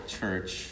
church